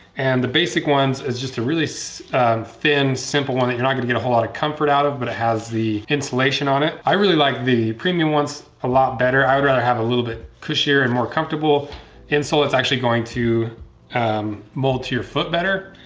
and the basic ones is just a really so thin simple one that you're not gonna get a whole lot of comfort out of but it has the insulation on it. i really like the premium ones a lot better. i would rather have a little bit cushier and more comfortable insole that's actually going to mold to your foot better.